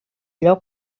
allò